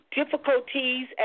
difficulties